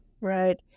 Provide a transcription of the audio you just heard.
Right